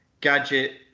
gadget